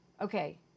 Okay